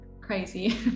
crazy